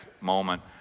moment